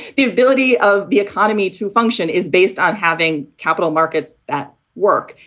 the ability of the economy to function is based on having capital markets that work.